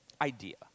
idea